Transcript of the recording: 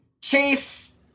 Chase